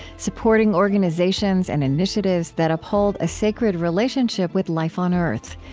supporting organizations and initiatives that uphold a sacred relationship with life on earth.